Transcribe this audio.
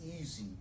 easy